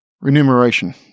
remuneration